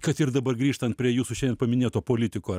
kad ir dabar grįžtant prie jūsų šiandien paminėto politiko